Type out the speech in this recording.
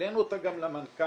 העלינו אותה גם למנכ"ל.